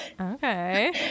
Okay